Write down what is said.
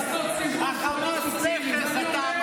לא מתבייש לעשות סיבוב פוליטי ציני.